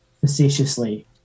facetiously